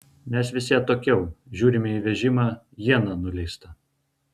mes visi atokiau žiūrime į vežimą iena nuleista